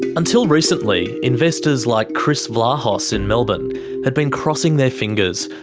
until recently, investors like chris vlahos in melbourne had been crossing their fingers,